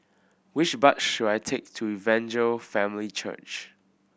which bus should I take to Evangel Family Church